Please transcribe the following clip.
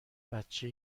بچه